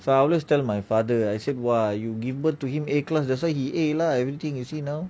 so I always tell my father I said !wah! you give birth to him a class that's why he a lah everything you see now